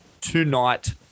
tonight